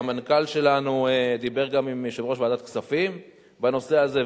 המנכ"ל שלנו דיבר גם עם יושב-ראש ועדת הכספים בנושא הזה,